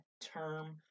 term